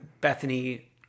Bethany